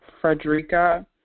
Frederica